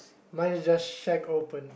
my is just shag open